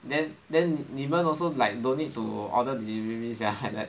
then then 你们 also like don't need to order delivery sia like that